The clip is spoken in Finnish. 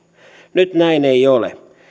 nyt näin ei ole